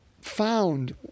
found